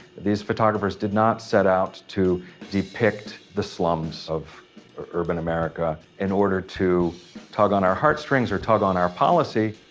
these photographers did not set out to depict the slums of urban america in order to tug on our heartstrings or tug on our policy.